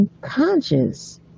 conscious